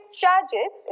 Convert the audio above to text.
charges